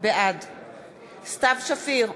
בעד סתיו שפיר,